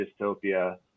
dystopia